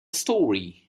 story